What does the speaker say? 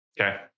Okay